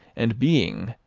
and being,